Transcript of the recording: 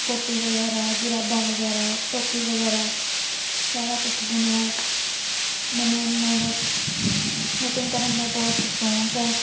ਕੋਟੀ ਵਗੈਰਾ ਜੁਰਾਬਾਂ ਵਗੈਰਾ ਟੋਪੀ ਵਗੈਰਾ ਸਾਰਾ ਕੁਛ ਬੁਣਿਆ ਮੈਨੂੰ ਇਹਨਾਂ ਦਾ ਨਿਟਿੰਗ ਕਰਨ ਦਾ ਬਹੁਤ ਸ਼ੌਂਕ ਹੈ